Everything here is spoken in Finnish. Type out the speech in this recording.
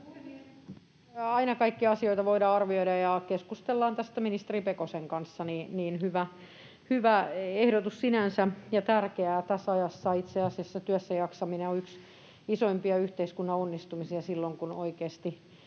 Aina kaikkia asioita voidaan arvioida, ja keskustellaan tästä ministeri Pekosen kanssa. Hyvä ehdotus sinänsä ja tärkeää tässä ajassa. Itse asiassa työssäjaksaminen on yksi isoimpia yhteiskunnan onnistumisia silloin, kun oikeasti